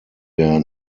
der